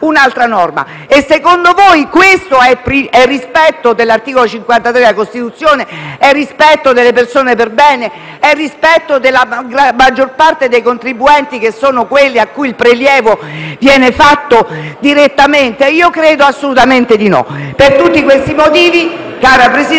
un'altra. E secondo voi, questo è il rispetto dell'articolo 53 della Costituzione, delle persone perbene e della maggior parte dei contribuenti, che sono quelli a cui il prelievo viene fatto direttamente? Io credo assolutamente di no. Per tutti questi motivi, caro Presidente